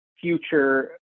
future